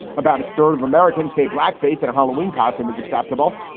about a third of americans say blackface in a halloween costume is acceptable.